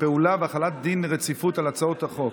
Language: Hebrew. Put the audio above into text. פעולה והחלת דין רציפות על הצעות החוק.